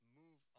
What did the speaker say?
move